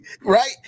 Right